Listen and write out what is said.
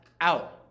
out